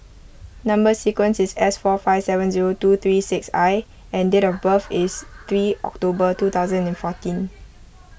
Number Sequence is S four five seven zero two three six I and date of birth is three October two thousand and fourteen